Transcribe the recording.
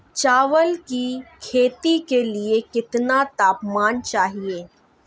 चावल की खेती के लिए कितना तापमान चाहिए?